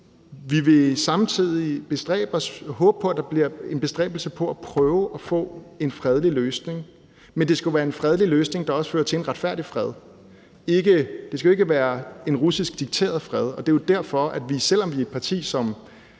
Vi vil samtidig håbe, at der kommer nogle bestræbelser på at prøve at få en fredelig løsning, men det skal være en fredelig løsning, der også fører til en retfærdig fred. Det skal ikke være en russisk dikteret fred. Det er derfor, at vi, selv om vi er et parti, for